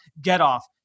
get-off